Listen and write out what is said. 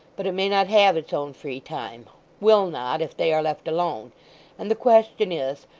but it may not have its own free time will not, if they are left alone and the question is,